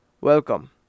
Welcome